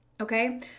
Okay